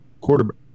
quarterback